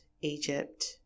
Egypt